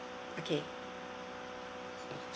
okay